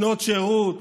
שנות שירות,